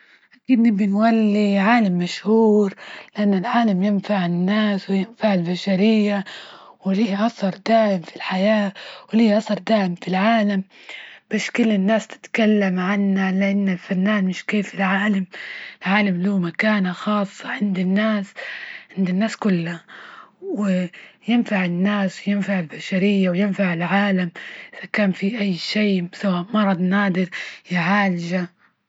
أكند نبغي نولي عالم مشهور، لإن العالم ينفع الناس وينفع البشرية، وليه أثر دائم في الحياة، ولي أثر دائم في العالم، باش كل الناس تتكلم عنه، لأن الفنان مش كيف العالم، العالم له مكانة خاصة عند الناس- عند الناس كلها، وينفع الناس، وينفع البشرية، وينفع العالم، إذا كان في أي شي سواء مرض نادر يعالجه.